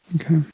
Okay